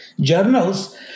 Journals